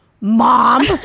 mom